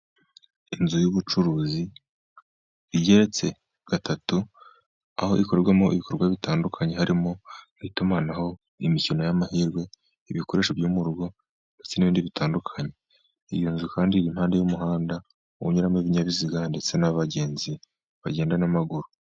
Inzu y'ubucuruzi igeretse gatatu , aho ikorerwamo ibikorwa bitandukanye harimo nk'itumanaho , imikino y'amahirwe , ibikoresho byo mu rugo ndetse n'ibindi bitandukanye . Iyo nzu kandi iri impande y'umuhanda , unyuramo ibinyabiziga , ndetse n'abagenzi bagenda n'amaguru.